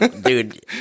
Dude